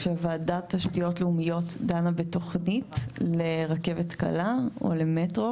כשוועדת תשתיות לאומיות דנה בתוכנית לרכבת קלה או למטרו